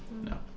No